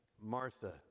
Martha